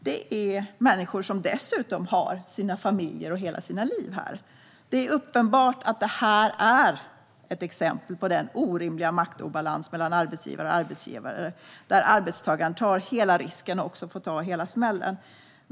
Detta är människor som dessutom har sina familjer och hela sina liv här. Det är uppenbart att det här är ett exempel på den orimliga maktobalansen mellan arbetsgivare och arbetstagare, där arbetstagaren tar hela risken och också får ta hela smällen.